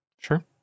Sure